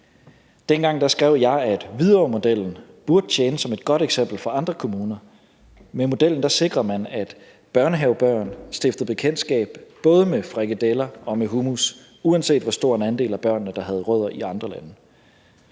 Dengang skrev jeg, at Hvidovremodellen burde tjene som et godt eksempel for andre kommuner. Med modellen sikrer man, at børnehavebørn stifter bekendtskab både med frikadeller og med humus, uanset hvor stor en andel af børnene der har rødder i andre lande.